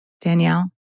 Danielle